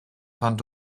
fand